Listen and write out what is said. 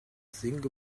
think